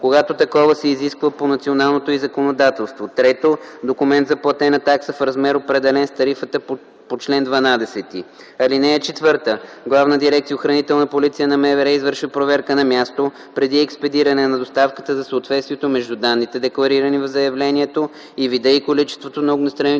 когато такова се изисква по националното й законодателство; 3. документ за платена такса в размер, определен с тарифата по чл. 12. (4) Главна дирекция “Охранителна полиция” на МВР извършва проверка на място преди експедиране на доставката за съответствието между данните, декларирани в заявлението, и вида и количеството на огнестрелните